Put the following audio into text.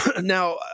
Now